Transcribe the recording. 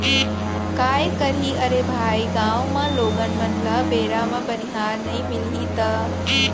काय करही अरे भाई गॉंव म लोगन मन ल बेरा म बनिहार नइ मिलही त